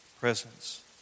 presence